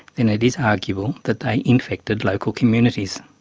then it is arguable that they infected local communities.